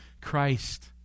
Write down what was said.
Christ